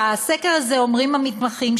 בסקר הזה אומרים המתמחים,